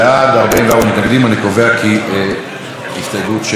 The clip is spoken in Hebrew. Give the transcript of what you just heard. אני קובע כי הסתייגות 7 לא עברה.